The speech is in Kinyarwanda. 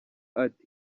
ati